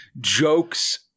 jokes